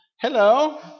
Hello